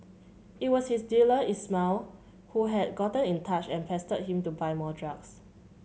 it was his dealer Ismail who had gotten in touch and pestered him to buy more drugs